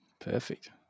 Perfect